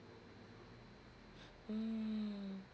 mm